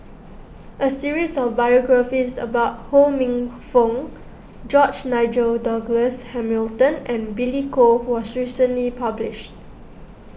a series of biographies about Ho Minfong George Nigel Douglas Hamilton and Billy Koh was recently published